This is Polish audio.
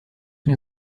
nie